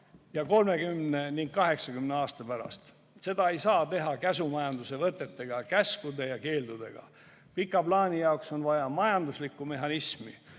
ka 30 ja 80 aasta pärast. Seda ei saa teha käsumajanduse võtetega, käskude ja keeldudega. Pika plaani jaoks on vaja majanduslikku mehhanismi